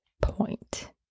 point